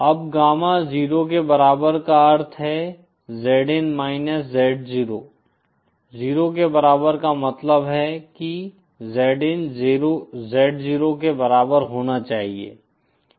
अब गामा 0 के बराबर का अर्थ है Zin माइनस Z0 0 के बराबर का मतलब है कि Zin Z0 के बराबर होना चाहिए